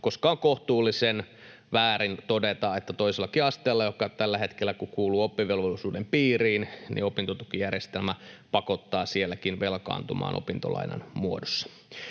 koska on kohtuullisen väärin todeta, että toisellakin asteella, kun se tällä hetkellä kuuluu oppivelvollisuuden piiriin, opintotukijärjestelmä pakottaa velkaantumaan opintolainan muodossa.